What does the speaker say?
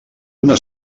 una